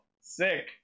Sick